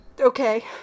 Okay